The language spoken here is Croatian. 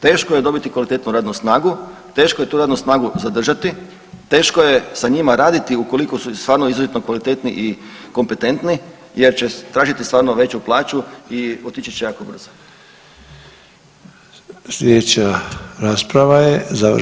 Teško je dobiti kvalitetnu radnu snagu, teško je tu radnu snagu zadržati, teško je sa njima raditi ukoliko su stvarno kvalitetni i kompetentni jer će tražiti stvarno veću plaću i otići će jako brzo.